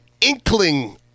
inkling